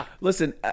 Listen